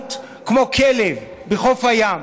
למות כמו כלב בחוף הים.